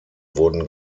wurden